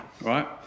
right